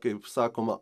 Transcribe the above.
kaip sakoma